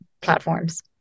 platforms